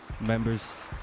Members